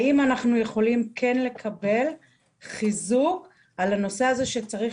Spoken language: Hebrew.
האם אנחנו יכולים כן לקבל חיזוק על הנושא הזה שצריך